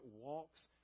walks